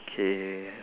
K